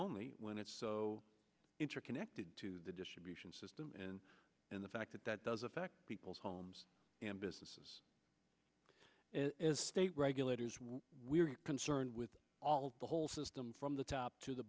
only when it's so interconnected to the distribution system and and the fact that that does affect people's homes and businesses as state regulators what we're concerned with the whole system from the top to the